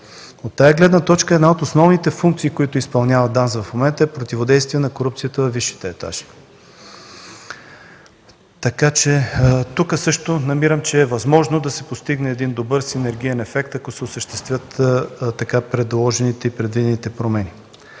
От тази гледна точка една от основните функции, които изпълнява ДАНС в момента, е противодействие на корупцията във висшите етажи. Тук също намирам, че е възможно да се постигне добър синергиен ефект, ако се осъществят така предложените и предвидените промени.